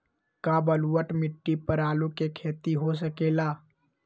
का बलूअट मिट्टी पर आलू के खेती हो सकेला?